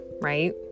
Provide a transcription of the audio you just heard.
right